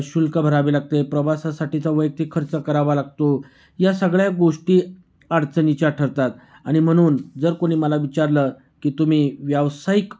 शुल्क भरावे लागते प्रवासासाठीचा वैयक्तिक खर्च करावा लागतो या सगळ्या गोष्टी अडचणीच्या ठरतात आणि म्हणून जर कुणी मला विचारलं की तुम्ही व्यावसायिक